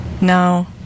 now